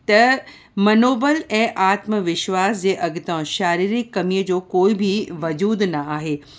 त मनोबल ऐं आत्मविश्वास जे अॻतो शारीरिक कमी जो कोई बि वजूद न आहे